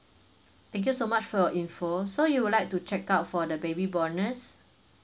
thank you so much for your info so you would like to check out for the baby bonus